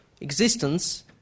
existence